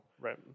Right